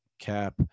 cap